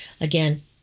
Again